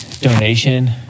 donation